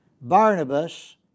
Barnabas